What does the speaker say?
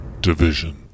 Division